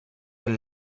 del